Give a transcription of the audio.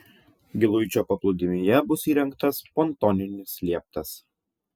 giluičio paplūdimyje bus įrengtas pontoninis lieptas